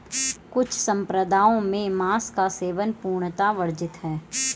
कुछ सम्प्रदायों में मांस का सेवन पूर्णतः वर्जित है